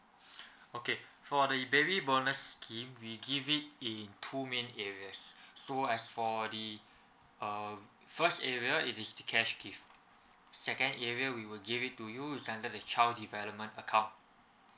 okay for the baby bonus scheme we give it in two main areas so as for the uh first area it is the cash gift second area we will give it to you is under the child development account